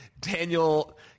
Daniel